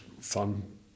fun